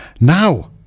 Now